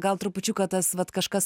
gal trupučiuką tas vat kažkas